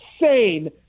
insane